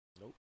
nope